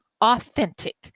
authentic